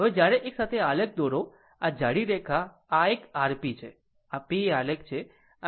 હવે જ્યારે એકસાથે આલેખ દોરો આ જાડી રેખા આ એક r p છે આ p આલેખ છે